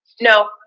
No